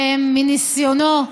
מניסיונו,